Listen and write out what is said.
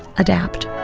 adapt.